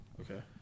Okay